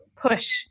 push